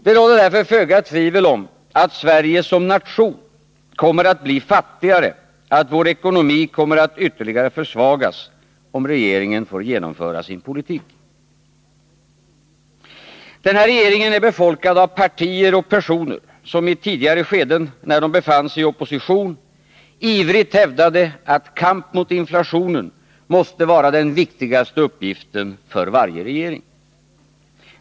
Det råder därför föga tvivel om att Sverige som nation kommer att bli fattigare, att vår ekonomi kommer att ytterligare försvagas, om regeringen får genomföra sin politik. Den här regeringen är befolkad av partier och personer som i tidigare skeden, när de befann sig i opposition, ivrigt hävdade att kamp mot inflationen måste vara den viktigaste uppgiften för en regering.